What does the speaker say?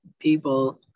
people